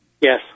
Yes